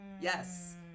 Yes